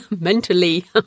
mentally